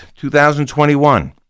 2021